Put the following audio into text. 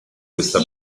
questa